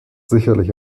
sicherlich